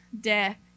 death